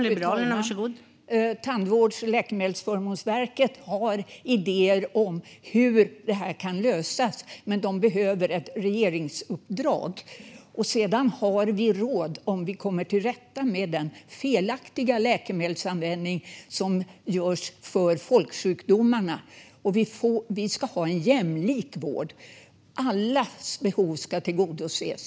Fru talman! Tandvårds och läkemedelsförmånsverket har idéer om hur detta kan lösas, men man behöver ett regeringsuppdrag. Vi har råd om vi kommer till rätta med den felaktiga läkemedelsanvändningen vid folksjukdomar. Vi ska ha en jämlik vård. Allas behov ska tillgodoses.